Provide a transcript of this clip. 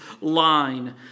line